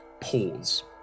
pause